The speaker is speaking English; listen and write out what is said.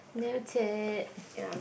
noted